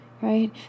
right